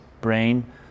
brain